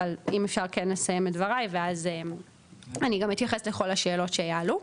אבל אם אפשר כן לסיים את דבריי ואז אני גם אתייחס לכל השאלות שיעלו.